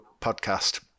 podcast